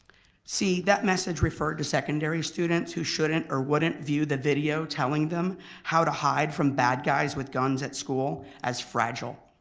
see, that message referred to secondary students who shouldn't or wouldn't view the video telling them how to hide from bad guys with guns at school as fragile.